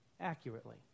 accurately